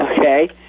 okay